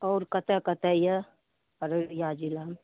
आओर कतऽ कतऽ यऽ अररिया जिलामे